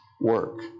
work